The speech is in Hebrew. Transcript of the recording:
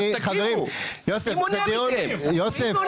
יוסף, יוסף.